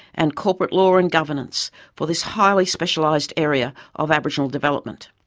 and corporate law and governance for this highly specialised area of aboriginal development.